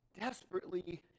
desperately